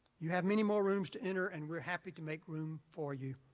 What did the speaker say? you have many more rooms to enter, and we're happy to make room for you,